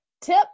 Tip